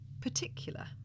particular